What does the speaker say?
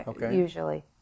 usually